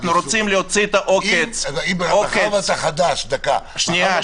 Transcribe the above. רוצים להוציא את העוקץ -- מאחר שאתה חדש --- שנייה.